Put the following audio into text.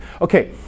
Okay